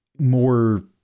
more